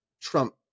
Trump